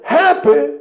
happy